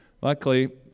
Luckily